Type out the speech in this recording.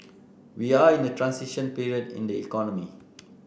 we are in a transition period in the economy